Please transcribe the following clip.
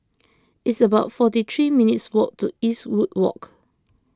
it's about forty three minutes' walk to Eastwood Walk